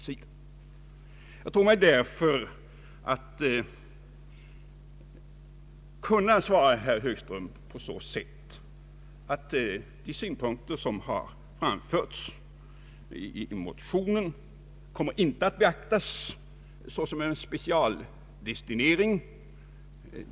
Jag vill därför svara herr Högström att de synpunkter som framförts i motionen inte kommer att beaktas såsom en specialdestinering.